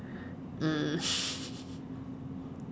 mm